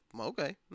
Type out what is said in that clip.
okay